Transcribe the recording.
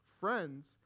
Friends